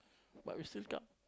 but we still come